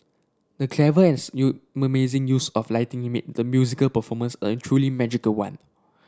the clever and use of lighting made the musical performance a truly magical one